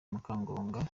mukangango